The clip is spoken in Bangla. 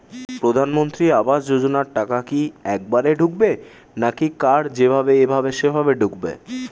প্রধানমন্ত্রী আবাস যোজনার টাকা কি একবারে ঢুকবে নাকি কার যেভাবে এভাবে সেভাবে ঢুকবে?